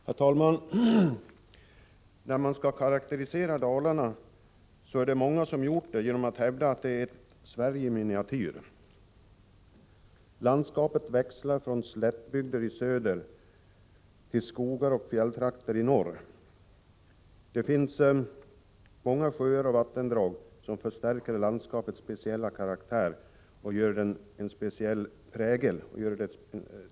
Herr talman! Många har karakteriserat Dalarna som ett Sverige i miniatyr. Landskapet växlar: slättbygder i söder och skogar och fjälltrakter i norr. Det finns många sjöar och vattendrag som förstärker landskapets speciella karaktär och ger det en särskild prägel.